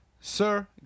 Sir